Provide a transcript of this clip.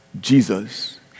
jesus